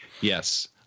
Yes